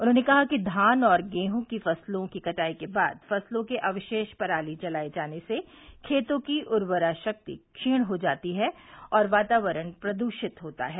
उन्होंने कहा कि धान और गेहूँ की फसलों की कटाई के बाद फसलों के अवशेष पराली जलाये जाने से खेतों की उर्वरा शक्ति क्षीण हो जाती है और वातावरण प्रदूषित होता है